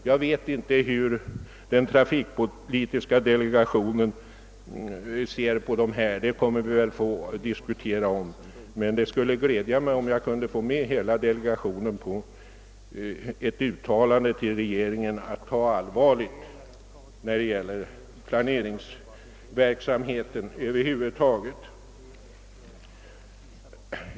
Jag vet inte hur den trafikpolitiska delegationen ser på dessa frågor, men det får väl den vidare diskussionen visa. Det skuile emellertid glädja mig, om jag kunde få hela delegationen bakom ett uttalande till regeringen att allvarligt ta itu med planeringsverksamheten.